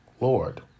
Lord